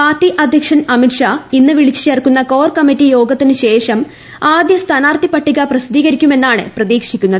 party അധ്യക്ഷൻ അമിത്ഷാ ഇന്ന് വിളിച്ചുചേർക്കുന്ന കോർകമ്മിറ്റി യോഗത്തിനുശേഷം ആദ്യ പട്ടിക പ്രസിദ്ധീകരിക്കുമെന്നാണ് പ്രതീക്ഷിക്കുന്നത്